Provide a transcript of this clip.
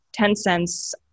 Tencent's